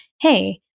hey